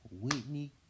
Whitney